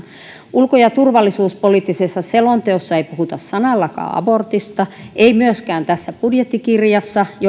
ulko ja turvallisuuspoliittisessa selonteossa ei puhuta sanallakaan abortista ei myöskään tässä budjettikirjassa